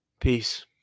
Peace